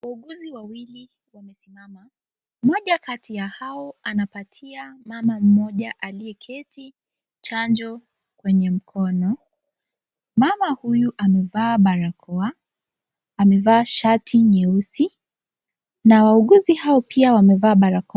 Wauguzi wawili wamesimama. Mmoja kati ya hawo anapatia mama mmoja aliyeketi chanjo kwenye mkono. Mama huyu amevaa barakoa, amevaa shati nyeusi na wauguzi hao pia wamevaa barakoa.